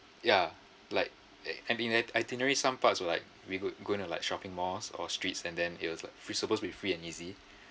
ya like i~ itinerary itinerary some parts were like we going going to like shopping malls or streets and then it was like free suppose to be free and easy